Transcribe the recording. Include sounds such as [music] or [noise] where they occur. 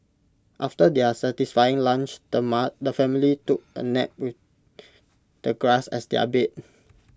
after their satisfying lunch the [unintelligible] the family took A nap with the grass as their bed